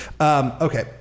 Okay